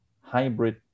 hybrid